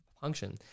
function